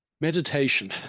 Meditation